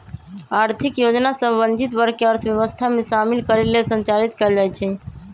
आर्थिक योजना सभ वंचित वर्ग के अर्थव्यवस्था में शामिल करे लेल संचालित कएल जाइ छइ